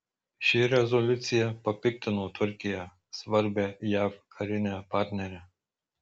ši rezoliucija papiktino turkiją svarbią jav karinę partnerę